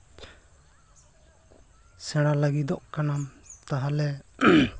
ᱥᱮᱬᱟ ᱞᱟᱹᱜᱤᱫᱚᱜ ᱠᱟᱱᱟᱢ ᱛᱟᱦᱞᱮ